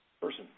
Person